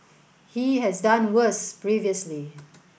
he has done worse previously